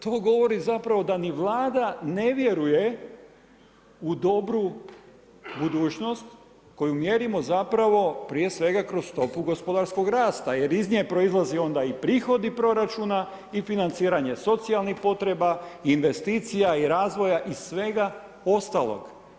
To govori zapravo da ni Vlada ne vjeruje u dobru budućnost koju mjerimo zapravo prije svega kroz stopu gospodarskog rasta, jer iz nje proizlaze onda i prihodi proračuna i financiranje socijalnih potreba, investicija i razvoja i svega ostalog.